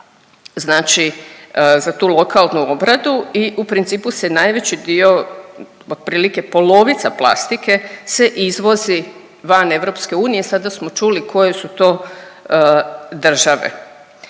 znači za tu lokalnu obradu i u principu se najveći dio otprilike polovica plastike se izvozi van EU i sada smo čuli koje su to države.